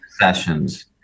sessions